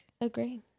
agree